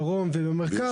דרום ובמרכז.